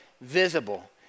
visible